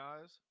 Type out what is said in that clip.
guys